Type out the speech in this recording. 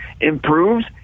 improves